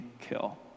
kill